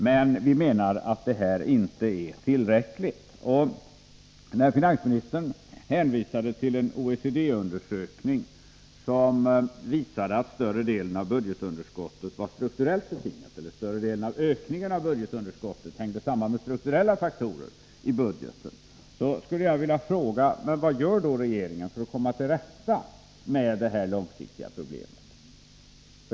Men vi menar att detta inte är tillräckligt. Finansministern hänvisade till en OECD-undersökning som visade att större delen av ökningen av budgetunderskottet hängde samman med strukturella faktorer i budgeten. I detta sammanhang skulle jag vilja fråga vad regeringen gör för att komma till rätta med det här långsiktiga problemet.